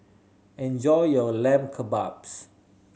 enjoy your Lamb Kebabs